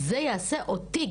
זה יעשה אותי,